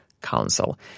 Council